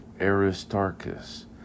Aristarchus